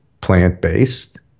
plant-based